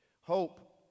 Hope